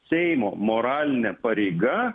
seimo moralinė pareiga